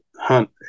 hunt